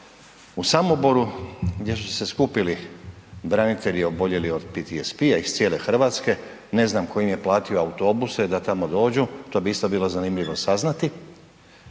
u Samoboru gdje su se skupili branitelji oboljeli od PTSP-a iz cijele Hrvatske, ne znam tko im je platio autobuse da tamo dođu, to bi isto bilo zanimljivo saznati.